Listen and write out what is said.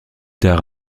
tard